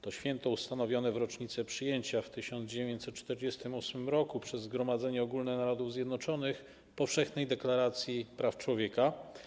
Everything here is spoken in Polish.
To święto ustanowione w rocznicę przyjęcia w 1948 r. przez Zgromadzenie Ogólne Narodów Zjednoczonych Powszechnej Deklaracji Praw Człowieka.